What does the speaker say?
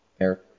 Eric